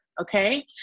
Okay